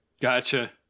Gotcha